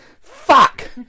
Fuck